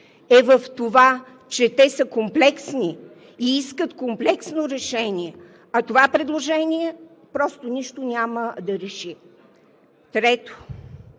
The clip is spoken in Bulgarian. е в това, че те са комплексни и искат комплексно решение, а това предложение просто нищо няма да реши. Трето,